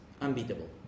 unbeatable